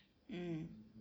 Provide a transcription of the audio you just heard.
mm